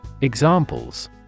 Examples